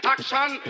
Action